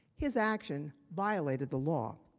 his actions violated the law.